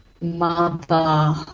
mother